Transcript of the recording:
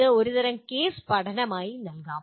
ഇത് ഒരുതരം കേസ് പഠനമായി നൽകാം